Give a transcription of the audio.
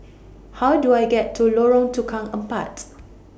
How Do I get to Lorong Tukang Empat